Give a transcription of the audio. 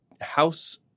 House